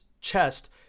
chest